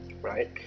Right